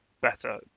better